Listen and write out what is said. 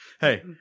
Hey